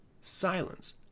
silence